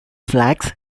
flags